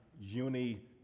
uni